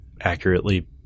accurately